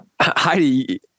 Heidi